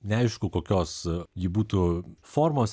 neaišku kokios ji būtų formos